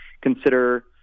consider